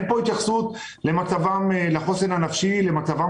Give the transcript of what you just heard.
אין פה התייחסות לחוסן הנפשי ולמצבם